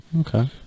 Okay